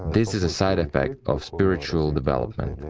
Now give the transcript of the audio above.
this is a side effect of spiritual development,